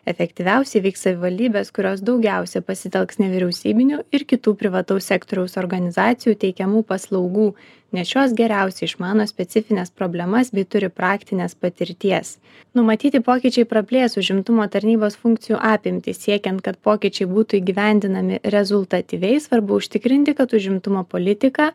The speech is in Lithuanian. efektyviausiai veiks savivaldybės kurios daugiausia pasitelks nevyriausybinių ir kitų privataus sektoriaus organizacijų teikiamų paslaugų nes šios geriausiai išmano specifines problemas bei turi praktinės patirties numatyti pokyčiai praplės užimtumo tarnybos funkcijų apimtis siekiant kad pokyčiai būtų įgyvendinami rezultatyviai svarbu užtikrinti kad užimtumo politiką